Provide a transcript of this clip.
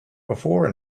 before